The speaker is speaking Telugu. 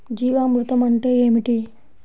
జీవామృతం అంటే ఏమిటి?